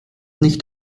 nicht